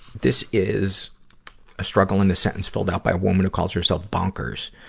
this is a struggle in a sentence filled out by a woman who calls herself bonkers.